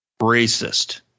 racist